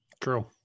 True